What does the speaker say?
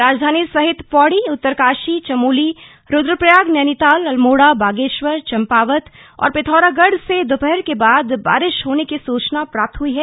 राजधानी सहित पौड़ी उत्तरकाशी चमोली रूद्रप्रयाग नैनीताल अल्मोडा बागेश्वर चम्पावत और पिथौरागढ से दोपहर के बाद बारिश होने की सुचना प्राप्त हई है